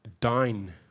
dine